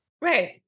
Right